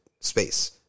space